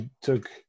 took